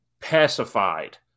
pacified